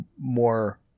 more